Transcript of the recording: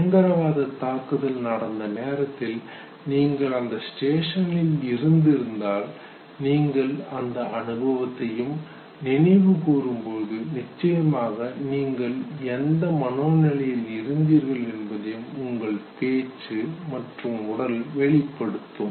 பயங்கரவாத தாக்குதல் நடந்த நேரத்தில் நீங்கள் அந்த ஸ்டேஷனில் இருந்திருந்தால் நீங்கள் அந்த அனுபவத்தையும் நினைவுகூரும்போது நிச்சயமாக நீங்கள் எந்த மனோநிலையில் இருந்தீர்கள் என்பதை உங்கள் பேச்சு மற்றும் உடல் வெளிப்படுத்தும்